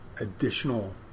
additional